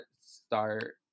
start